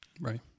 Right